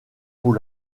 pour